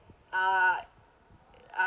uh